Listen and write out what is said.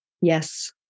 Yes